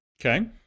Okay